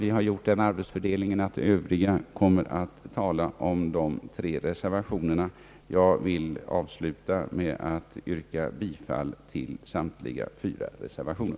Vi har gjort den arbetsfördelningen att andra kommer att tala om dessa tre. Jag vill avsluta med att yrka bifall till samtliga fyra reservationer.